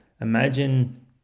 imagine